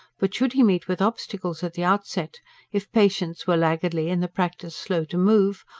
but should he meet with obstacles at the outset if patients were laggardly and the practice slow to move,